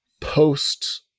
post